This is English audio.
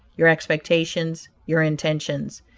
your expectations, your intentions.